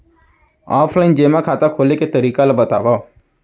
Offline जेमा खाता खोले के तरीका ल बतावव?